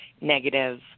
negative